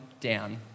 down